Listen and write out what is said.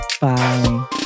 Bye